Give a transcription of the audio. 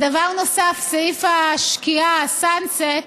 דבר נוסף, סעיף השקיעה, ה-sunset,